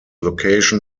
location